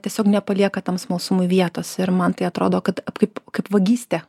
tiesiog nepalieka tam smalsumui vietos ir man tai atrodo kad kaip kaip vagystė